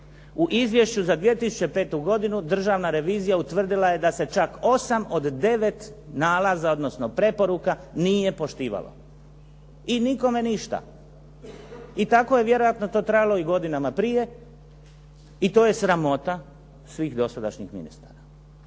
U Izviješću za 2005. godinu Državna revizija utvrdila je da se čak 8 od 9 nalaza, odnosno preporuka nije poštivalo i nikome ništa. I tako je vjerojatno to trajalo i godinama prije i to je sramota svih dosadašnjih ministara.